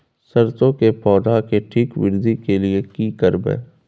सरसो के पौधा के ठीक वृद्धि के लिये की करबै?